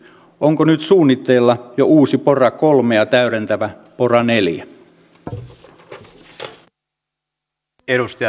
onko nyt suunnitteilla jo uusi pora iiia täydentävä pora iv